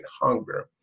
hunger